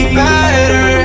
better